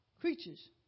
creatures